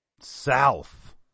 South